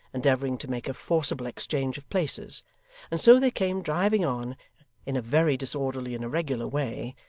endeavouring to make a forcible exchange of places and so they came driving on in a very disorderly and irregular way,